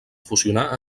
fusionar